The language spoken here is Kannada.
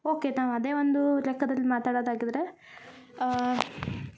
ಓಕೆ ನಾವು ಅದೆ ಒಂದು ಲೆಕ್ಕದಲ್ಲಿ ಮಾತಾಡೋದು ಆಗಿದ್ದರೆ